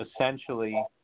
essentially